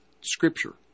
Scripture